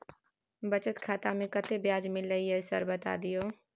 बचत खाता में कत्ते ब्याज मिलले ये सर बता दियो?